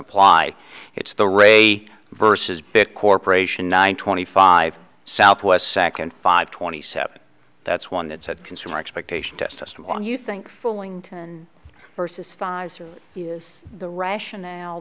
apply it's the ray versus big corporation nine twenty five southwest second five twenty seven that's one that said consumer expectation test of on you think fulling versus pfizer is the rationale